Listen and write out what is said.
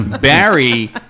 Barry